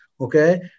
okay